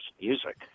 music